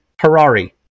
Harari